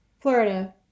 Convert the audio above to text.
Florida